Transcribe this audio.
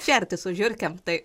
šerti su žiurkėm tai